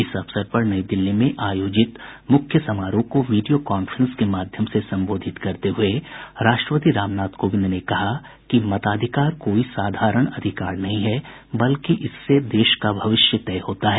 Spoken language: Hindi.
इस अवसर पर नई दिल्ली में आयोजित मुख्य समारोह को वीडियो कांफ्रेंस के माध्यम से संबोधित करते हुए राष्ट्रपति रामनाथ कोविंद ने कहा कि मताधिकार कोई साधारण अधिकार नहीं है बल्कि इससे देश का भविष्य तय होता है